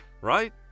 Right